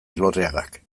elorriagak